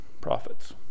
prophets